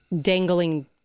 dangling